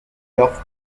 york